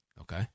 Okay